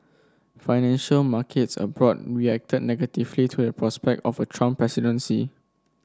financial markets abroad reacted negatively to the prospect of a Trump presidency